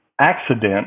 accident